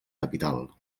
capital